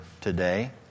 today